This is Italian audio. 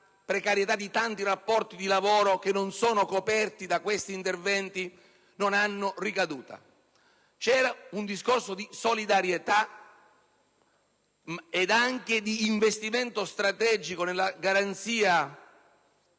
e di tanti rapporti di lavoro che non sono coperti da quegli interventi, non hanno ricadute. Vi era un discorso di solidarietà e di investimento strategico nella garanzia